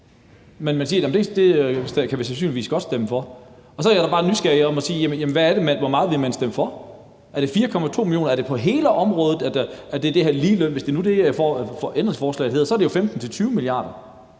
Men man siger: Det kan vi sandsynligvis godt stemme for. Og så er jeg da bare nysgerrig efter at høre: Hvor meget vil man stemme for? Er det 4,2 mia . kr.? Er det på hele området, det her ligeløn skal gælde? Hvis det nu er det, ændringsforslaget handler om, så er det jo 15-20 mia. kr.